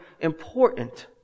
important